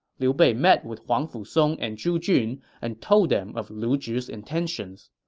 liu bei met with huangfu song and zhu jun and told them of lu zhi's intentions